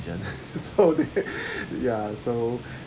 ~sian so they ya so